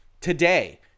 Today